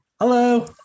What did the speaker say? Hello